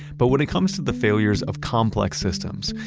but when it comes to the failures of complex systems,